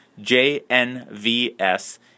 JNVS